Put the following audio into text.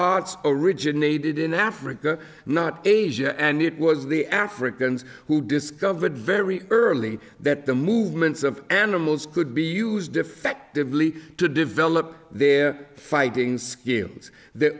arts originated in africa not asia and it was the africans who discovered very early that the movements of animals could be used effectively to develop their fighting skills that